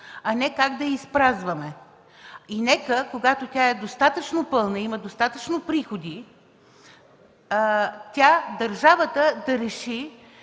а не как да я изпразваме. Нека, когато тя е достатъчно пълна, има достатъчно приходи, държавата да реши